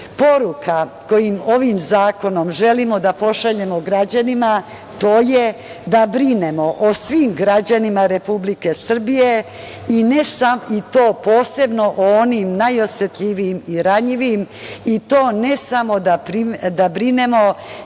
koju ovim zakonom želimo da pošaljemo građanima je da brinemo o svim građanima Republike Srbije, i to posebno o onim najosetljivijim i ranjivim, i to ne samo da brinemo,